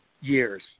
years